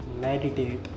meditate